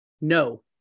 no